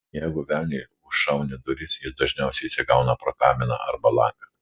jeigu velniui užšauni duris jis dažniausiai įsigauna pro kaminą arba langą